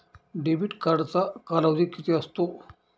Debit कार्डचा कालावधी किती असतो?